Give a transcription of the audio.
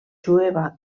jueva